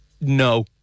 no